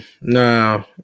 no